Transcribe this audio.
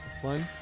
one